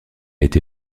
été